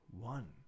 one